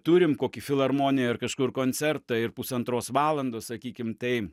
turim kokį filharmonijoj ar kažkur koncertą ir pusantros valandos sakykim tai